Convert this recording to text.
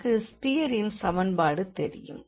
நமக்கு ஸ்பியரின் சமன்பாடு தெரியும்